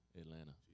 Atlanta